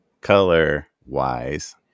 color-wise